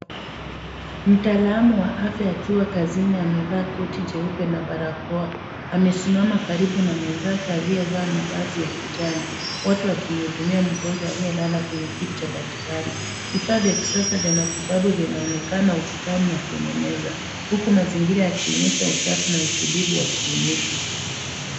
Mtaalamu wa afya akiwa kazini amevaa koti jeupe na barakoa. Amesimama karibu na mwenzake aliyevaa mavazi ya kijani wote wakimhudumia mgonjwa aliyelala kwenye kiti cha daktari. Vifaa vya kisasa vya matibabu vinaonekana ukutani na kwenye meza huku mazingira yakionyesha usafi na utulivu wa kliniki.